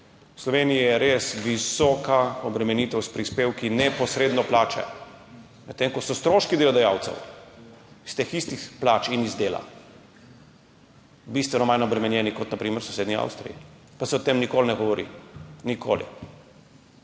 V Sloveniji je res visoka obremenitev s prispevki neposredno plače, medtem ko so stroški delodajalcev iz teh istih plač in iz dela bistveno manj obremenjeni kot na primer v sosednji Avstriji, pa se o tem nikoli ne govori. Nikoli!